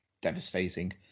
devastating